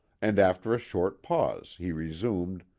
and after a short pause he resumed